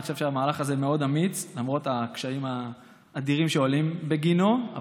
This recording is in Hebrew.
אני חושב שהמהלך הזה מאוד אמיץ למרות הקשיים האדירים שעולים בגינו.